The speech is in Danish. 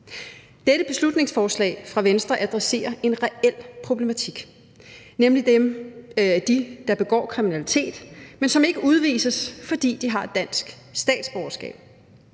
Dette beslutningsforslag fra Venstre adresserer en reel problematik, nemlig den, der handler om dem, der begår kriminalitet, men som ikke udvises, fordi de har dansk statsborgerskab.